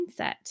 mindset